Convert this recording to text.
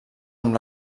amb